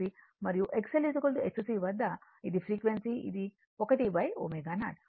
మరియు XL XC వద్ద ఇది ఫ్రీక్వెన్సీ ఇది 1 ω0